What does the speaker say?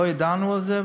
לא ידענו על זה,